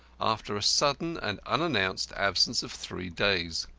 after a sudden and unannounced absence of three days.